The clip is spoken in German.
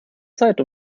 zeit